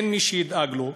אין מי שידאג לו.